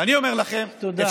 ואני אומר לכם, תודה.